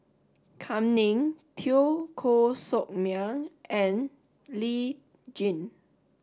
Kam Ning Teo Koh Sock Miang and Lee Tjin